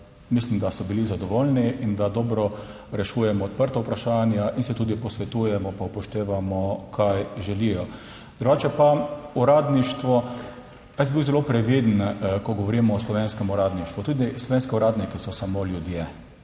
mislim, da so bili zadovoljni in da dobro rešujemo odprta vprašanja in se tudi posvetujemo pa upoštevamo, kaj želijo. Drugače pa uradništvo, jaz bi bil zelo previden, ko govorimo o slovenskem uradništvu. Tudi slovenski uradniki so samo ljudje,